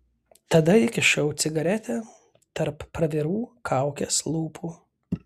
tada įkišau cigaretę tarp pravirų kaukės lūpų